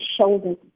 shoulders